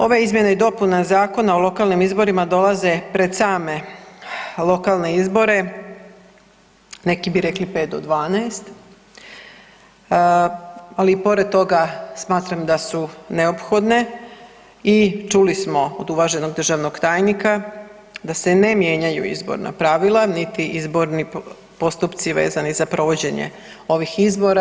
Ove izmjene i dopune Zakona o lokalnim izborima dolaze pred same lokalne izbore, neki bi rekli 5 do 12, ali i pored toga smatram da su neophodne i čuli smo od uvaženog državnog tajnika da se ne mijenjaju izborna pravila niti izborni postupci vezani za provođenje ovih izbora.